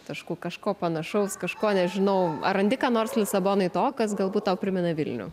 taškų kažko panašaus kažko nežinau ar randi ką nors lisabonoj to kas galbūt tau primena vilnių